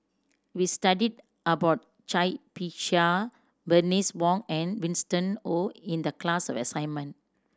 we studied about Cai Bixia Bernice Wong and Winston Oh in the class assignment